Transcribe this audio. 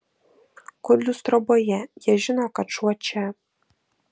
kudlius troboje jie žino kad šuo čia